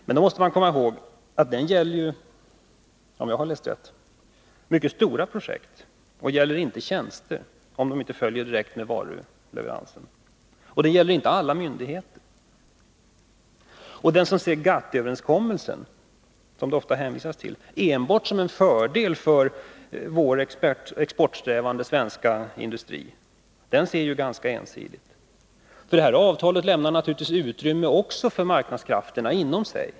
Men då måste man komma ihåg att den, om jag har läst rätt, gäller mycket stora projekt och inte tjänster, om de inte följer direkt av varuleveransen. Den gäller inte heller alla myndigheter. Den som ser GATT-överenskommelsen, som det ofta hänvisas till, enbart som en fördel för vår exportsträvande svenska industri ser det ganska ensidigt. Det avtalet lämnar naturligtvis också utrymme för marknadskrafterna.